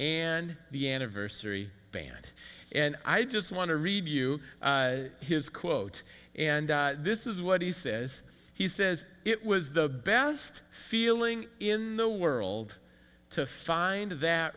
and the anniversary band and i just want to review his quote and this is what he says he says it was the best feeling in the world to find that